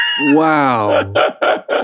Wow